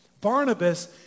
Barnabas